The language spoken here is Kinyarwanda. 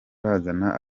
bazana